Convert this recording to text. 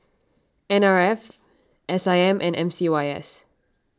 N R F S I M and M C Y S